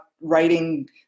writing